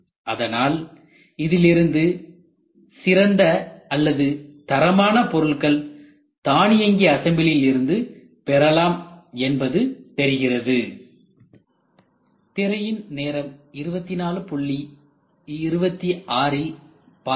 அதனால் இதிலிருந்து சிறந்த அல்லது தரமான பொருட்கள் தானியங்கி அசம்பிளியில் இருந்து பெறலாம் என்பது தெரிகிறது